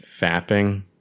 Fapping